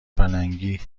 پلنگی